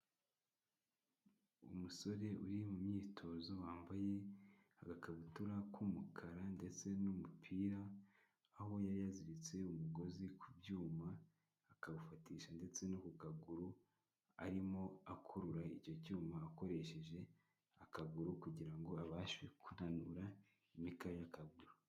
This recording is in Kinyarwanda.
Umusore uri mu myitozo wambaye agakabutura k'umukara ndetse n'umupira, aho yari yaziritse umugozi ku byuma akawufatisha ndetse no ku kaguru, arimo akurura icyo cyuma akoresheje akaguru kugira ngo abashe kunanura imikaya y'akaguru.